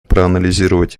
проанализировать